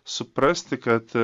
suprasti kad